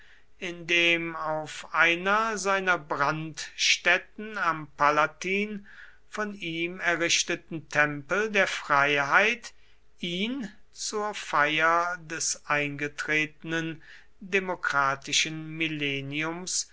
in dem auf einer seiner brandstätten am palatin von ihm errichteten tempel der freiheit ihn zur feier des eingetretenen demokratischen millenniums